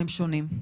הם שונים.